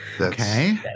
Okay